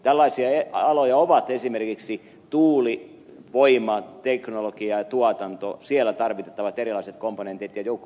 tällaisia aloja ovat esimerkiksi tuulivoimateknologia ja tuotanto siellä tarvittavat erilaiset komponentit ja joukko muitakin